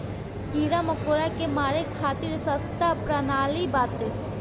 इ कीड़ा मकोड़ा के मारे खातिर सस्ता प्रणाली बाटे